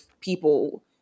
people